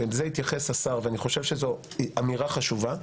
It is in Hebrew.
שזה התייחס השר ואני חושב שזו אמירה חשובה,